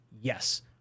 yes